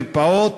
מרפאות,